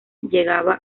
llegaba